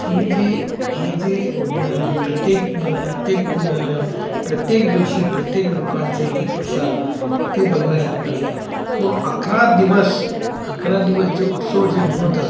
हे जे हे जे न प्रत्येक प्रत्येक न प्रत्येक दिवशी प्रत्येक लोकांचे एक एक प्रसाद ते बघण्यासारखं असतं आहे किंवा अकरा दिवस अकरा दिवस जे उत्सव जे मनवतात